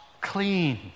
clean